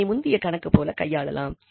அதனை முந்தைய கணக்கு போல கையாளலாம்